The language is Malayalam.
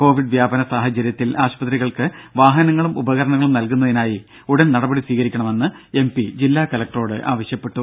കോവിഡ് വ്യാപന സാഹചര്യത്തിൽ ആശുപത്രികൾക്ക് വാഹനങ്ങളും ഉപകരണങ്ങളും നൽകുന്നതിനായി ഉടൻ നടപടി സ്വീകരിക്കണമെന്ന് എം പി ജില്ലാ കലക്ടറോട് ആവശ്യപ്പെട്ടു